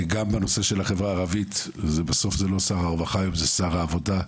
גם עם נושא החברה הערבית בסוף אם זה לא שר הרווחה זה שר העבודה,